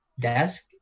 desk